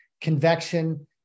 convection